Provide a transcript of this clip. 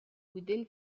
within